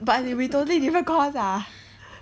but as in it'll be totally different course ah